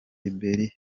libiya